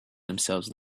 themselves